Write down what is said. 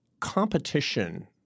competition